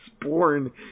born